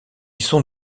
sont